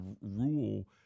rule